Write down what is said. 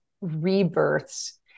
rebirths